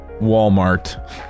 Walmart